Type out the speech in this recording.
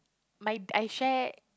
my I share